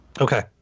Okay